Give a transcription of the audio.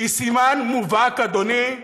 היא סימן מובהק, אדוני,